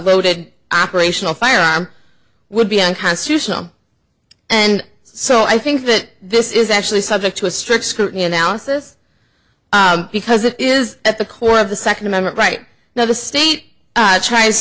loaded operational firearm would be unconstitutional and so i think that this is actually subject to a strict scrutiny analysis because it is at the core of the second amendment right now the state tries